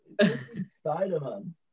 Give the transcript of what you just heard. Spider-Man